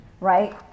right